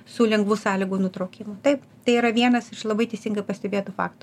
su lengvu sąlygų nutraukimu taip tai yra vienas iš labai teisingai pastebėtų faktų